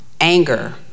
anger